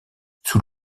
sous